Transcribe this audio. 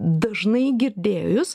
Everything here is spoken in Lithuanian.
dažnai girdėjus